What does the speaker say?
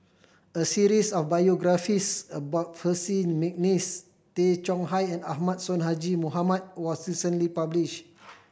a series of biographies about Percy McNeice Tay Chong Hai and Ahmad Sonhadji Mohamad was recently published